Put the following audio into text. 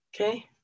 okay